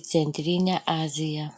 į centrinę aziją